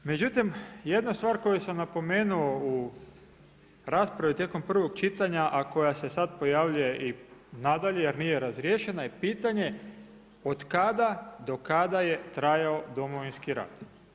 Međutim, jedna stvar koju sam napomenuo u raspravi tijekom prvog čitanja, a koja se sad pojavljuje i nadalje, jer nije razriješena je pitanje od kada do kada je trajao Domovinski rat?